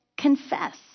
confess